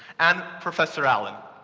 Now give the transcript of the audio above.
and professor allen,